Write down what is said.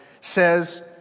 says